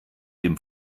dem